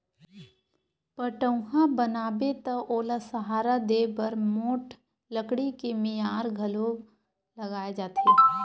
पठउहाँ बनाबे त ओला सहारा देय बर मोठ लकड़ी के मियार घलोक लगाए जाथे